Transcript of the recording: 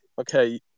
okay